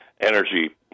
energy